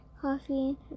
coffee